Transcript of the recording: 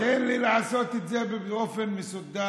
תן לי לעשות את זה באופן מסודר.